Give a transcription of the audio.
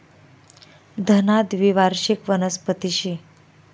धना द्वीवार्षिक वनस्पती शे